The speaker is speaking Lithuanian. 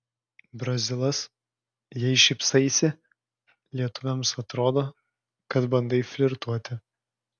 brazilas jei šypsaisi lietuvėms atrodo kad bandai flirtuoti